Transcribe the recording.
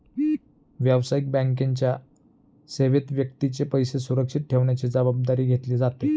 व्यावसायिक बँकेच्या सेवेत व्यक्तीचे पैसे सुरक्षित ठेवण्याची जबाबदारी घेतली जाते